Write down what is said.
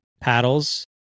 paddles